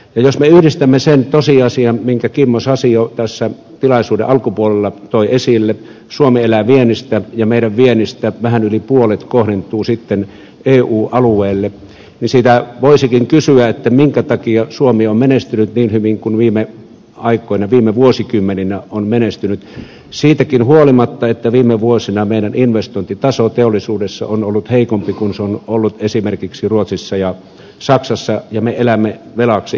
jos me ajattelemme sitä tosiasiaa minkä kimmo sasi jo tässä tilaisuuden alkupuolella toi esille että suomi elää viennistä ja meidän viennistämme vähän yli puolet kohdentuu sitten eu alueelle voisikin kysyä minkä takia suomi on menestynyt niin hyvin kuin viime vuosikymmeninä on menestynyt siitäkin huolimatta että viime vuosina meidän investointitasomme teollisuudessa on ollut heikompi kuin se on ollut esimerkiksi ruotsissa ja saksassa ja me elämme velaksi